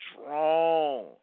strong